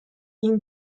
این